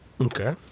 Okay